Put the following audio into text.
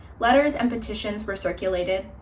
letters and petitions were circulated.